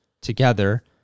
Together